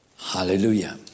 Hallelujah